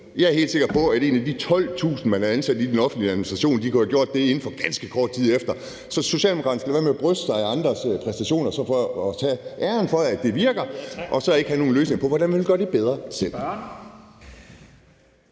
Jeg er helt sikker på, at en af de 12.000, man har ansat i den offentlige administration, kunne have gjort det inden for ganske kort tid. Så Socialdemokraterne skal lade være med at bryste sig af andres præstationer og tage æren for, at det virker, uden selv at have nogen løsninger på, hvordan man vil gøre det bedre. Kl.